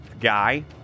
guy